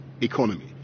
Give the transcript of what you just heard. economy